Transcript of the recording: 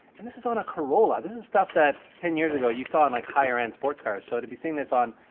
and this is on a corolla. this is stuff that ten years ago you saw on like higher end sports cars. so to be seeing this on,